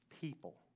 people